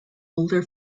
older